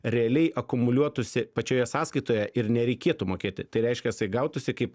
realiai akumuliuotųsi pačioje sąskaitoje ir nereikėtų mokėti tai reiškias tai gautųsi kaip